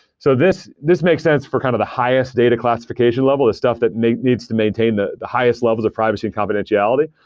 so this this makes sense for kind of the highest data classification level, the stuff that needs to maintain the the highest levels of privacy and confidentiality.